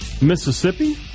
mississippi